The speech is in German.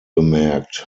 bemerkt